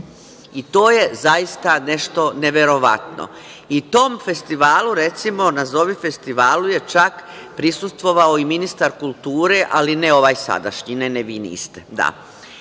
i to je zaista nešto neverovatno i tom festivalu, recimo, nazovi festivalu, je čak prisustvovao i ministar kulture, ali ne ovaj sadašnji. Vi niste. To